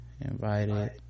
Invited